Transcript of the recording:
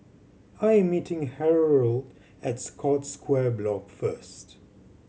I am meeting Harold at Scotts Square Block first